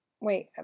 Wait